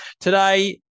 Today